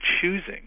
choosing